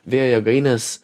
vėjo jėgaines